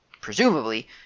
presumably